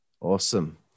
Awesome